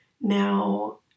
Now